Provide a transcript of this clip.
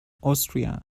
austria